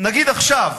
נגיד עכשיו,